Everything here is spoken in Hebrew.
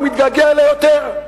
הוא מתגעגע אליה יותר.